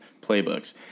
playbooks